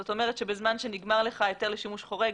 זאת אומרת שבזמן שנגמר לך ההיתר לשימוש חורג,